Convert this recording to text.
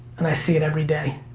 and i see it everyday.